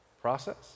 process